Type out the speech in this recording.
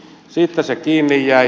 siitä se kiinni jäi